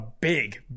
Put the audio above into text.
big